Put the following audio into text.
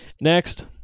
Next